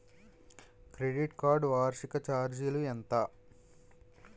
Credit card వార్షిక ఛార్జీలు ఎంత?